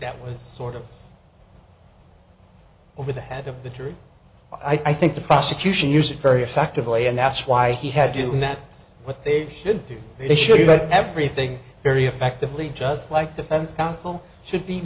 that was sort of over the head of the jury i think the prosecution use it very effectively and that's why he had his nap what they should do they should have everything very effectively just like defense counsel should be